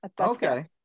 Okay